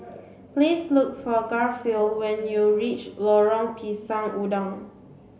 please look for Garfield when you reach Lorong Pisang Udang